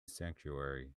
sanctuary